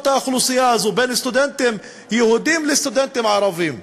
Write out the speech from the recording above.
האוכלוסייה הזו: בין סטודנטים יהודים לסטודנטים ערבים.